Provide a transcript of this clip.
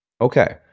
Okay